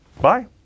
Bye